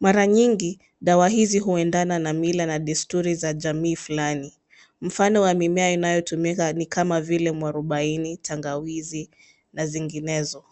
Mara nyingi, dawa hizi huendana na mila na desturi za jamii fulani. Mfano wa mimea inayotumika ni kama vile mwarobaini, tangawizi, na zinginezo.